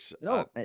No